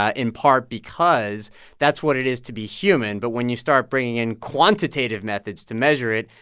ah in part because that's what it is to be human. but when you start bringing in quantitative methods to measure it,